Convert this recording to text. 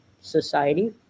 society